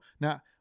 now